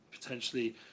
potentially